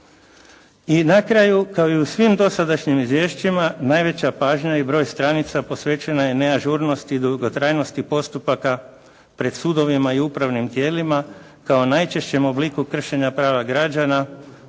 I na kraju kao i u svim dosadašnjim izvješćima najveća pažnja i broj stanica posvećena je neažurnosti i dugotrajnosti postupaka pred sudovima i upravnim tijelima kao najčešćem obliku kršenja prava građana